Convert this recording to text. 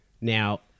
Now